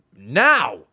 Now